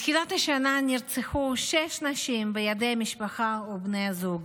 מתחילת השנה נרצחו שש נשים בידי משפחה או בן זוג.